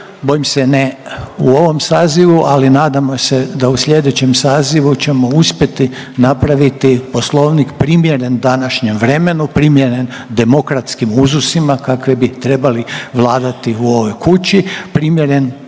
bojim se ne u ovom sazivu, ali nadamo se da u sljedećem sazivu ćemo uspjeti napraviti Poslovnik primjeren današnjem vremenu, primjeren demokratskim uzusima kakvi bi trebali vladati u ovoj kući primjeren